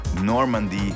Normandy